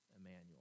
Emmanuel